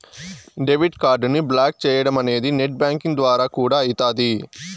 debit కార్డుని block చేయడమనేది net banking ద్వారా కూడా అయితాది